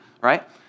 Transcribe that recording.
right